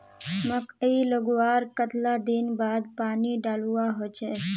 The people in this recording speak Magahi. मकई लगवार कतला दिन बाद पानी डालुवा होचे?